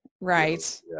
right